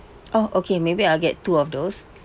oh okay maybe I'll get two of those